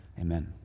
Amen